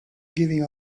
giving